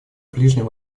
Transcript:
ближнем